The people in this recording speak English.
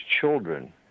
children